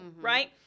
Right